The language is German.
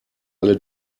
alle